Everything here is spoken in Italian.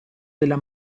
della